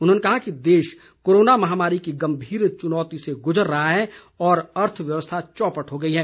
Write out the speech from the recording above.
उन्होंने कहा कि देश कोरोना महामारी की गंभीर चुनौती से गुजर रहा है और अर्थव्यवस्था चौपट हो गई है